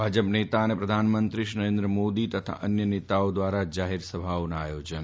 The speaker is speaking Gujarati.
ભાજપ નેતા અને પ્રધાનમંત્રી નરેન્દ્ર મોદી તથા અન્ય નેતાઓ દ્વારા જાહેર સભાઓના આયોજન